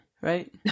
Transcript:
Right